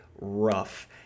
rough